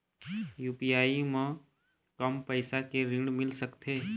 UPI म कम पैसा के ऋण मिल सकथे?